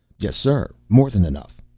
yes, sir more than enough.